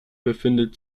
befindet